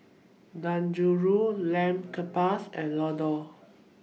Dangojiru Lamb Kebabs and Ladoo